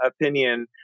opinion